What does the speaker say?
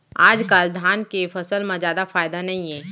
आजकाल धान के फसल म जादा फायदा नइये